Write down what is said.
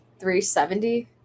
370